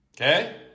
Okay